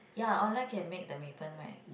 ya online can make the maypen right